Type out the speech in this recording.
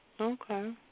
Okay